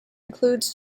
includes